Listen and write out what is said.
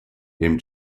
him